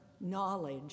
knowledge